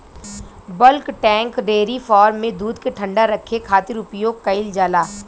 bulk tank dairy farm में दूध के ठंडा रखे खातिर उपयोग कईल जाला